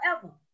forever